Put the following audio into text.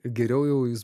geriau jau jis